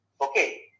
okay